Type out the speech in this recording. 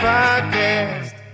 Podcast